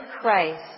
Christ